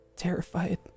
terrified